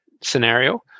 scenario